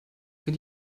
wenn